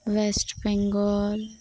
West Bengal